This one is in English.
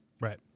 Right